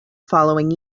following